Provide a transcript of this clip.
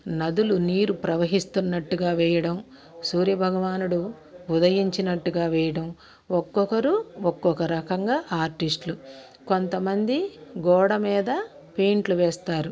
నదులు నీరు ప్రవహిస్తున్నట్టుగా వేయడం సూర్య భగవానుడు ఉదయించినట్టుగా వేయడం ఒక్కొక్కరు ఒక్కొక్క రకంగా ఆర్టిస్టులు కొంతమంది గోడమీద పెయింట్లు వేస్తారు